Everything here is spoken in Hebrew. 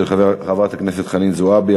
של חברת הכנסת חנין זועבי,